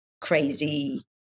crazy